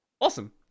Awesome